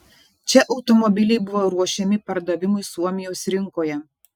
čia automobiliai buvo ruošiami pardavimui suomijos rinkoje